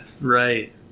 right